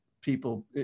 people